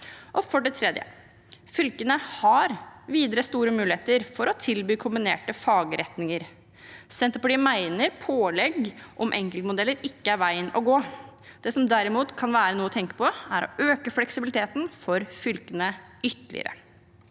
Fylkene har videre store muligheter for å tilby kombinerte fagretninger. Senterpartiet mener pålegg om enkeltmodeller ikke er veien å gå. Det som derimot kan være noe å tenke på, er å øke fleksibiliteten for fylkene ytterligere.